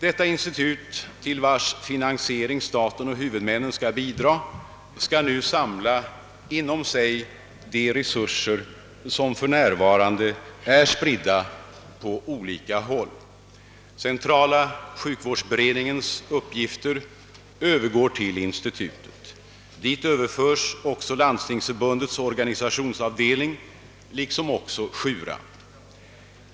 Detta institut, till vars finansiering staten och huvudmännen skall bidra, skall nu inom sig samla de resurser som för närvarande är spridda på olika håll. Centrala sjukvårdsberedningens uppgifter övergår till institutet. Dit överförs också Landstingsförbundets organisationsavdelning liksom SJURA.